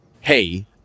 Hey